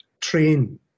train